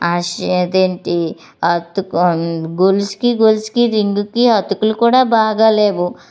షే అది ఏంటి అతుకు గొలుసుకి గొలుసుకి రింగుకి అతుకులు కూడా బాగాలేవు